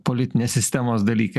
politinės sistemos dalykai